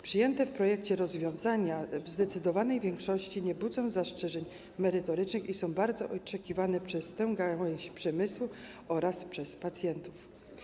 Przyjęte w projekcie rozwiązania w zdecydowanej większości nie budzą zastrzeżeń merytorycznych i są bardzo oczekiwane przez tę gałąź przemysłu oraz przez pacjentów.